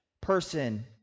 person